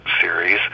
series